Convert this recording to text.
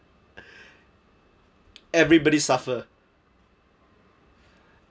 everybody suffer